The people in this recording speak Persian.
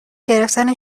گرفتن